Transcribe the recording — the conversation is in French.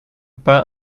pas